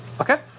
Okay